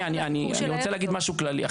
אני רוצה להגיד משהו כללי.